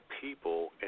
people